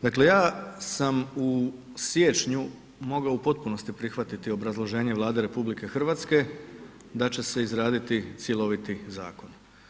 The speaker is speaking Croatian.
Dakle ja sam u siječnju mogao u potpunosti prihvatiti obrazloženje Vlade RH da će se izraditi cjeloviti zakon.